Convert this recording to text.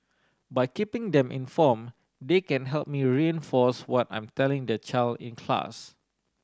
by keeping them inform they can help me reinforce what I'm telling their child in class